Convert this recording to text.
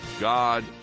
God